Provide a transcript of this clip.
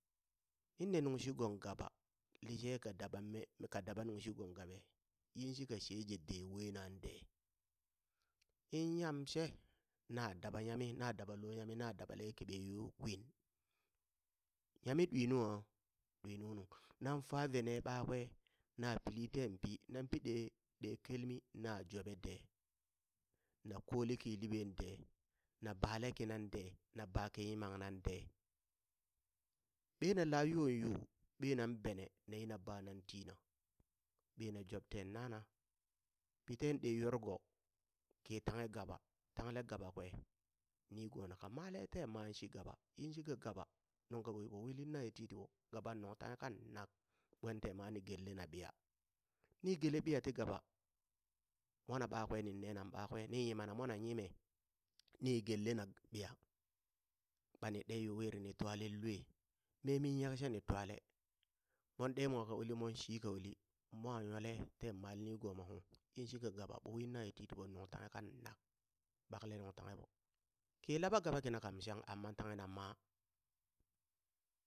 Nin ne nungshi gong gaba lishe ka daba me ka daba nungshi gong gabe yinshika sheje dee wenan de in nyam she na daba nyami na daɓalo nyami na dabale keɓe yo kwin nyami ɗwi nua? ɗwinunu nan fave ne ɓakwe na pili tenpi nan pi ɗee ɗee kelmi na joɓede na kole ki liɓen de na bale kinan dee, na baki yimaŋna dee ɓeena layoŋ yu ɓeenan bene nayina banan tina ɓena job ten nana pi ten ɗe yorgo ki tanghe gaba tangle gabakwe nigona ka meleten ma shi gaba yinshika gaba nunghka yiɓo wiling na ye titiɓo gaban nungtanghe kanak ɓwentai ma ni gellena ɓiya ni gele biya ti gaba mwana ɓakwe nin ne nan ɓakwe ni nyimana monan nyime ni gellena ɓiya, ɓani ɗe yu wiri ni twalen lue me mi nyek she ni twale mon ɗee mwa ka uli mon shika uli mwa yole ten male nigomo uŋ yinshika gaba ɓo win naye titiɓo nungtanghe kank ɓakle nung tanghe ɓo. ki laɓa gaba kina kam shang amma tanghena ma.